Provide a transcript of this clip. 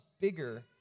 bigger